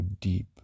deep